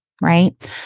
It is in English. right